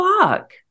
fuck